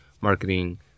marketing